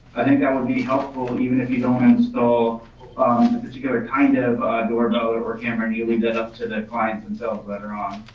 i think that would be helpful even if you don't install particular kind of doorbell or camera and you leave that up to the clients themselves later on.